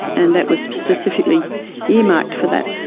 and that was specifically ear-marked for that.